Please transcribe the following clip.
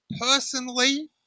Personally